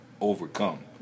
overcome